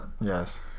Yes